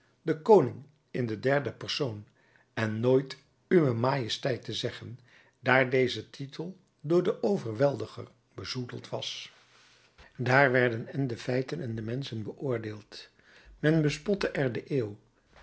de koning in den derden persoon en nooit uwe majesteit te zeggen daar deze titel door den overweldiger bezoedeld was daar werden èn de feiten èn de menschen beoordeeld men bespotte er de eeuw